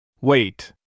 Wait